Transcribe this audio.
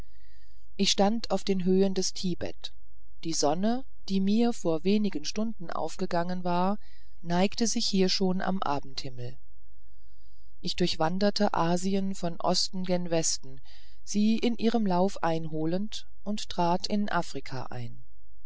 ich stand auf den höhen des tibet und die sonne die mir vor wenigen stunden aufgegangen war neigte sich hier schon am abendhimmel ich durchwanderte asien von osten gegen westen sie in ihrem lauf einholend und trat in afrika ein